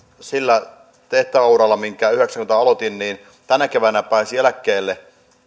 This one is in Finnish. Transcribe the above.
sillä tehtäväuralla minkä vuonna yhdeksänkymmentä aloitin niin tänä keväänä pääsisin eläkkeelle